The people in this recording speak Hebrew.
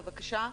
בבקשה.